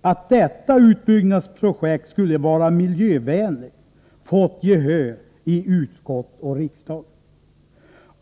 att detta utbyggnadsprojekt skulle vara miljövänligt fått gehör i utskott och riksdag.